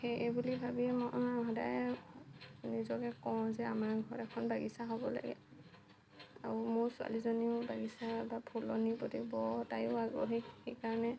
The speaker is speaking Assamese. সেই বুলি ভাবিয়ে মই সদায় নিজকে কওঁ যে আমাৰ ঘৰত এখন বাগিচা হ'ব লাগে আৰু মোৰ ছোৱালীজনীও বাগিচা বা ফুলনিৰ প্ৰতি বৰ তাইও আগ্ৰহী সেইকাৰণে